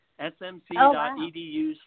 smc.edu